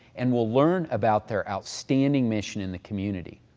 and we'll learn about their outstanding mission in the community.